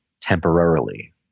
temporarily